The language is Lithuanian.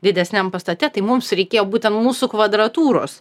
didesniam pastate tai mums reikėjo būtent mūsų kvadratūros